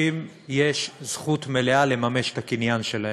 יש זכות מלאה לממש את הקניין שלהם,